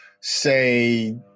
say